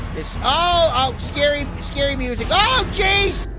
oh, oh, scary, scary music. oh, jeez!